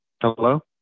Hello